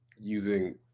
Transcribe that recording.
using